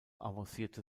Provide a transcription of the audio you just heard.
avancierte